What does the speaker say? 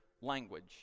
language